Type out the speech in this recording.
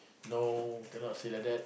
no cannot say like that